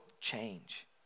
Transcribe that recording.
change